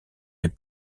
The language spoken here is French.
les